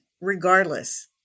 regardless